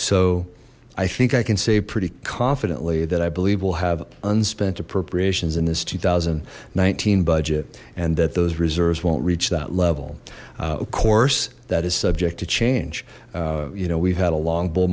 so i think i can say pretty confidently that i believe will have unspent appropriations in this two thousand and nineteen budget and that those reserves won't reach that level of course that is subject to change you know we've had a long bull